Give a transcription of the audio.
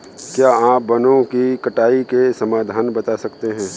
क्या आप वनों की कटाई के समाधान बता सकते हैं?